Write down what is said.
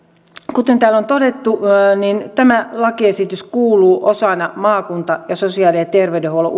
kuten täällä on todettu tämä lakiesitys kuuluu osana maakunta ja sosiaali ja terveydenhuollon